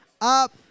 up